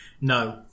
No